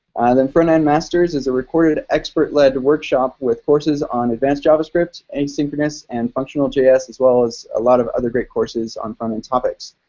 then frontend masters is a recorded expert-led workshop with courses on advanced javascript, asynchronous and functional js, as well as a lot of other great courses on fun and topics.